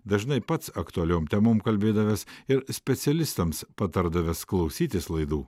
dažnai pats aktualiom temom kalbėdavęs ir specialistams patardavęs klausytis laidų